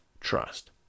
trust